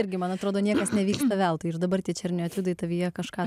irgi man atrodo niekas nevyksta veltui ir dabar tie černio etiudai tavyje kažką